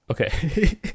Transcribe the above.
Okay